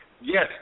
yes